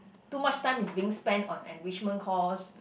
too much time is being spent on enrichment course